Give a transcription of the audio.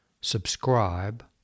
Subscribe